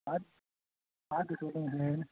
பாத் பார்த்து சொல்லுங்கள் சார்